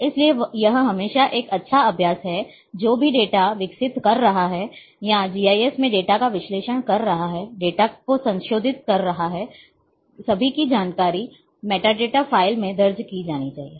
इसलिए यह हमेशा एक अच्छा अभ्यास है जो भी डेटा विकसित कर रहा है या जीआईएस में डेटा का विश्लेषण कर रहा है डेटा को संशोधित कर रहा है कि सभी जानकारी मेटाडेटा फ़ाइल में दर्ज की जानी चाहिए